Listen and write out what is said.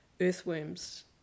earthworms